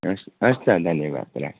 हस् हस् त धन्यवाद राखेँ